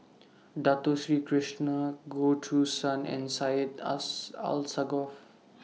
Dato Sri Krishna Goh Choo San and Syed Alsagoff